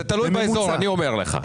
זה תלוי באזור אני אומר לך.